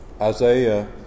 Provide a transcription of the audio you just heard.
Isaiah